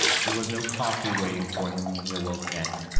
there was no coffee waiting for him when he awoke next,